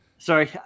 Sorry